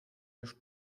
los